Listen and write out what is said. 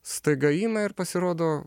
staiga ima ir pasirodo